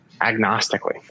agnostically